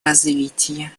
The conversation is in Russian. развития